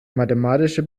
mathematische